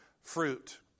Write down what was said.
fruit